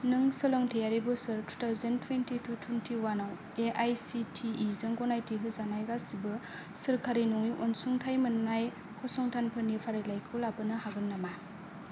नों सोलोंथायारि बोसोर थुथावजेन थुइनथि थु थुइनथिअवान याव एआइसिटिइ जों गनायथि होजानाय गासिबो सोरखारि नङि अनसुंथाइ मोन्नाय फसंथानफोरनि फारिलाइखौ लाबोनो हागोन नामा